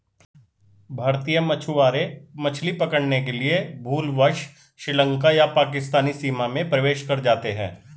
भारतीय मछुआरे मछली पकड़ने के लिए भूलवश श्रीलंका या पाकिस्तानी सीमा में प्रवेश कर जाते हैं